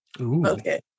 Okay